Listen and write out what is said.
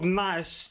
nice